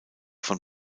von